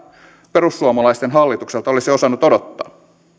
perussuomalaisten hallitukselta olisi osannut odottaa